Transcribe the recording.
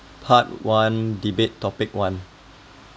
part one debate topic one